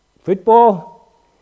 football